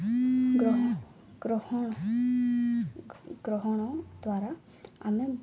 ଗ୍ରହ ଗ୍ରହଣ ଗ୍ରହଣ ଦ୍ୱାରା ଆମେ